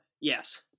Yes